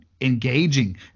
engaging